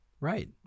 Right